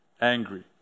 angry